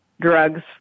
drugs